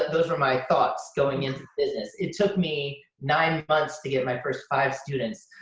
those were my thoughts going into business. it took me nine months to get my first five students.